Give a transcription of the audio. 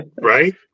Right